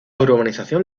urbanización